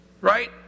Right